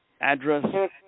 address